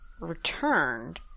returned